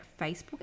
Facebook